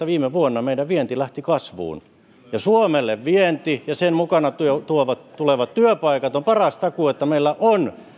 viime vuonna loppuvuodesta meidän vientimme lähti kasvuun ja suomelle vienti ja sen mukana tulevat tulevat työpaikat ovat paras takuu että meillä on